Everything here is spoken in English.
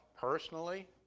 personally